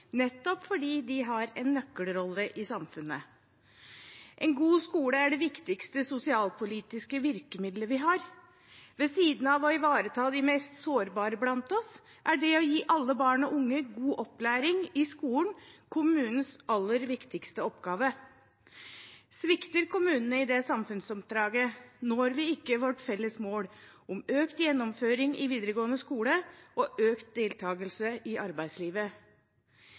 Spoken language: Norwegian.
nettopp fordi de har en nøkkelrolle i samfunnet. En god skole er det viktigste sosialpolitiske virkemiddelet vi har. Ved siden av å ivareta de mest sårbare blant oss er det å gi alle barn og unge god opplæring i skolen kommunens aller viktigste oppgave. Svikter kommunene i det samfunnsoppdraget, når vi ikke vårt felles mål om økt gjennomføring i videregående skole og økt deltagelse i arbeidslivet.